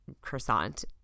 croissant